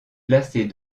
placée